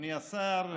אדוני השר,